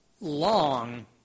long